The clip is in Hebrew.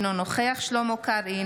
אינו נוכח שלמה קרעי,